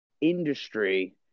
industry